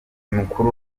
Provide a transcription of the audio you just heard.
mukuru